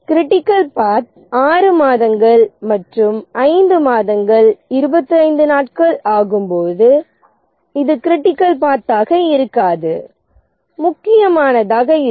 critical path 6 மாதங்கள் மற்றும் 5 மாதங்கள் 25 நாட்கள் ஆகும்போது இது கிரிட்டிக்கல் பாத் ஆக இருக்காது முக்கியமானதாக இருக்கும்